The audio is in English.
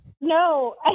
no